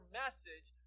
message